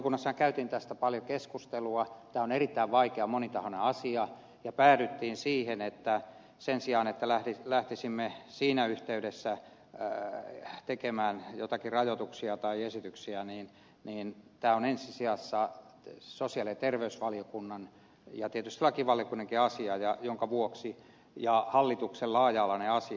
valiokunnassahan käytiin tästä paljon keskustelua tämä on erittäin vaikea monitahoinen asia ja päädyttiin siihen että sen sijaan että lähtisimme siinä yhteydessä tekemään joitakin rajoituksia tai esityksiä niin tämä on ensi sijassa sosiaali ja terveysvaliokunnan ja tietysti lakivaliokunnankin asia ja hallituksen laaja alainen asia